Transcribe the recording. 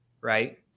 right